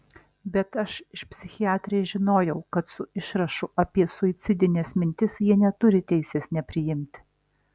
bet aš iš psichiatrės žinojau kad su išrašu apie suicidines mintis jie neturi teisės nepriimti